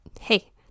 hey